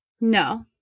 No